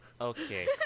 Okay